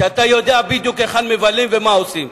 שאתה יודע בדיוק היכן הם מבלים ומה הם עושים.